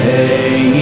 Hey